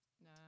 No